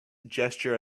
gesture